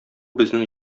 безнең